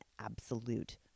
absolute